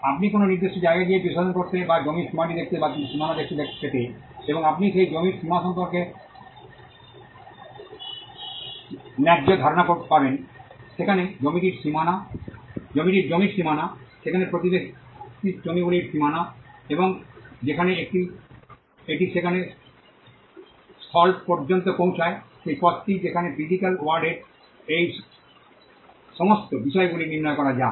আপনি কোনও নির্দিষ্ট জায়গায় গিয়ে বিশ্লেষণ করতে বা জমির সীমাটি দেখতে এবং তার সীমানা দেখতে পেতে এবং আপনি সেই জমির সীমা সম্পর্কে ন্যায্য ধারণা পাবেন যেখানে জমিটি জমির সীমানা সেখানে প্রতিবেশী জমিগুলির সীমানা এবং যেখানে এটি যেখানে স্থল পর্যন্ত পৌঁছায় সেই পথটি যেখানে ফিজিক্যাল ওয়ার্ল্ডের এই সমস্ত বিষয়গুলি নির্ণয় করা যায়